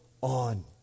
on